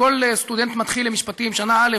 כל סטודנט מתחיל למשפטים שנה א',